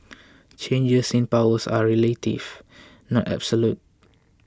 changes in power are relative not absolute